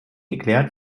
geklärt